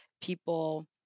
people